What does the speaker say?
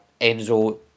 Enzo